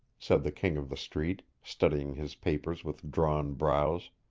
said the king of the street, studying his papers with drawn brows.